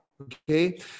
Okay